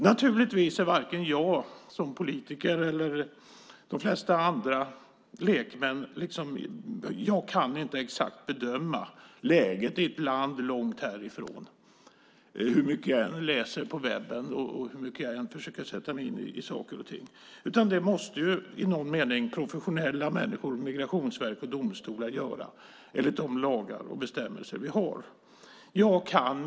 Jag kan som de flesta andra politiker som är lekmän naturligtvis inte exakt bedöma läget i ett land långt härifrån hur mycket jag än läser på webben och försöker sätta mig in i saker och ting. Det måste i någon mening professionella människor på Migrationsverket och i domstolar göra enligt de lagar och bestämmelser vi har.